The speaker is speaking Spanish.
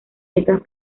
setas